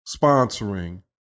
sponsoring